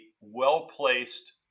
well-placed